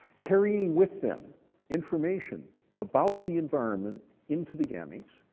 carrying with them information about the environment into the gametes,